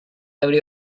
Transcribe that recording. every